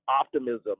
optimism